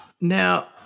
Now